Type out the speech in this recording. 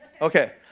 Okay